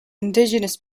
indigenous